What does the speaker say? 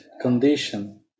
condition